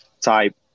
type